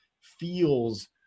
feels